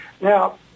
Now